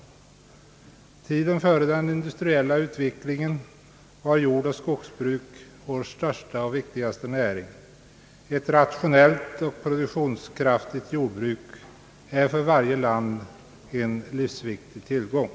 Under tiden före den industriella utvecklingen var jordoch skogsbruk vår största och viktigaste näring. Ett rationellt och produktionskraftigt jordbruk är för varje land en livsviktig tillgång.